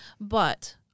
But-